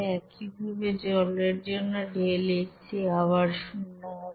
একইভাবে জলের জন্য ΔHc আবার শূন্য হবে